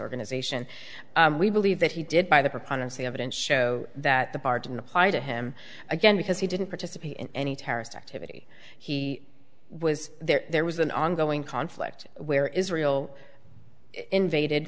organization we believe that he did by the proponents the evidence show that the pardon applied to him again because he didn't participate in any terrorist activity he was there there was an ongoing conflict where israel invaded